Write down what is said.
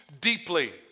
deeply